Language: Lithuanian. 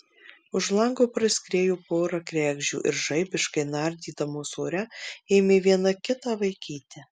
už lango praskriejo pora kregždžių ir žaibiškai nardydamos ore ėmė viena kitą vaikyti